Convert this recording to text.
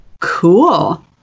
Cool